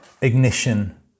ignition